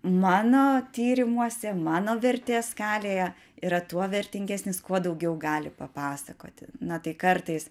mano tyrimuose mano vertės skalėje yra tuo vertingesnis kuo daugiau gali papasakoti na tai kartais